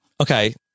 Okay